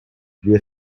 wir